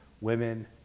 women